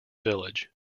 village